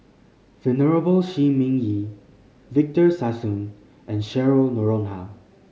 Venerable Shi Ming Yi Victor Sassoon and Cheryl Noronha